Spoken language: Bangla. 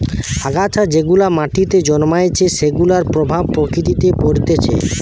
আগাছা যেগুলা মাটিতে জন্মাইছে সেগুলার প্রভাব প্রকৃতিতে পরতিছে